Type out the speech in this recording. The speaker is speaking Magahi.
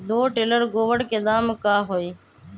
दो टेलर गोबर के दाम का होई?